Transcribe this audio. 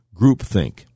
groupthink